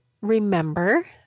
remember